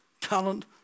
talent